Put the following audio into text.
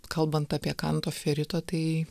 kalbant apie kanto ferito tai